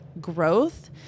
growth